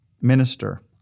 Minister